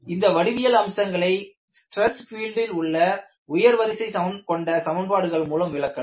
இந்த வடிவியல் அம்சங்களை ஸ்ட்ரெஸ் ஃபீல்டில் உள்ள உயர் வரிசை கொண்ட சமன்பாடுகள் மூலம் விளக்கலாம்